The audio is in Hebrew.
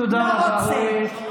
תודה רבה, אורית.